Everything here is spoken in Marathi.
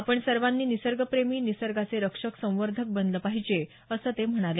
आपण सर्वांनी निसर्ग प्रेमी निसर्गाचे रक्षक संवर्धक बनलं पाहिजे असं ते म्हणाले